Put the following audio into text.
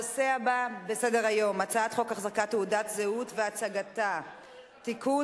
הצעת חוק החזקת תעודת זהות והצגתה (תיקון,